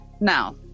Now